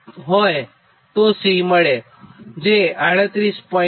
જે 38